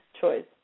choice